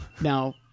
Now